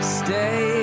stay